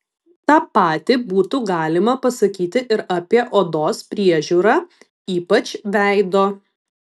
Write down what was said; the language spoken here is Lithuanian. tą patį būtų galima pasakyti ir apie odos priežiūrą ypač veido